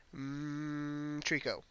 Trico